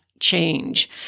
change